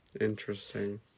Interesting